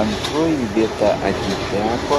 antroji vieta atiteko